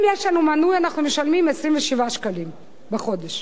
אם יש לנו מנוי, אנחנו משלמים 27 שקלים בחודש.